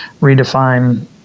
redefine